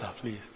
please